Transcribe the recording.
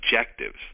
objectives